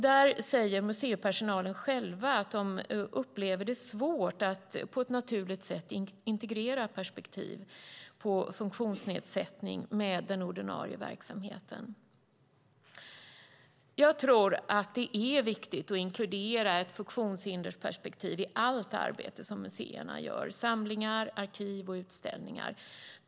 Där säger museipersonalen att de upplever det som svårt att på ett naturligt sätt integrera perspektiv på funktionsnedsättning med den ordinarie verksamheten. Jag tror att det är viktigt att inkludera ett funktionshindersperspektiv i allt arbete museerna gör, som samlingar, arkiv och utställningar.